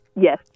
Yes